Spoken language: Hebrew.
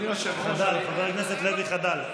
חבר הכנסת לוי, חדל.